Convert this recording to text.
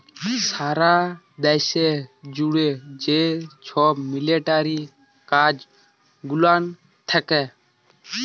সারা দ্যাশ জ্যুড়ে যে ছব মিলিটারি কাজ গুলান থ্যাকে